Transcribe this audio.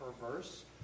perverse